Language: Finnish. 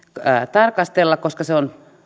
tarkastella koska se on